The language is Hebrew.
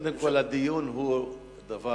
קודם כול, הדיון הוא דבר,